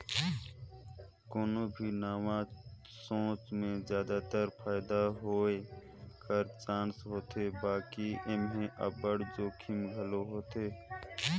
कोनो भी नावा सोंच में जादातर फयदा होए कर चानस होथे बकि एम्हें अब्बड़ जोखिम घलो होथे